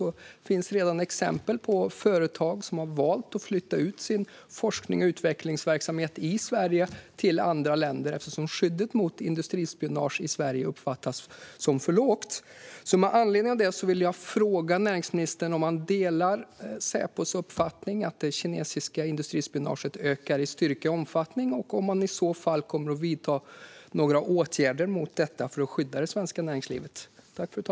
Det finns redan exempel på företag som har valt att flytta ut sin forsknings och utvecklingsverksamhet i Sverige till andra länder, eftersom skyddet mot industrispionage i Sverige uppfattas som för dåligt. Med anledning av detta vill jag fråga näringsministern om han delar Säpos uppfattning att det kinesiska industrispionaget ökar i styrka och omfattning och om han i så fall kommer att vidta några åtgärder mot detta för att skydda det svenska näringslivet.